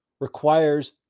Requires